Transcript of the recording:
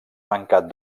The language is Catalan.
mancat